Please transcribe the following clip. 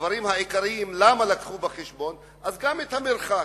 הדברים העיקריים שהביאו בחשבון וגם את המרחק.